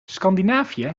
scandinavië